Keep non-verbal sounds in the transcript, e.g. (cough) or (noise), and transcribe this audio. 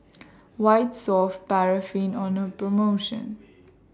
(noise) White Soft Paraffin on The promotion